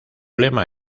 lema